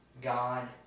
God